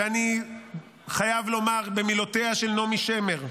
ואני חייב לומר במילותיה של נעמי שמר.